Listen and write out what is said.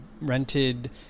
rented